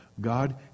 God